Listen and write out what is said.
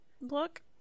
look